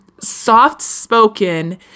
soft-spoken